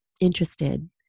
interested